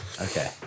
Okay